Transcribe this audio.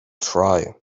try